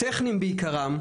טכניים בעיקרם,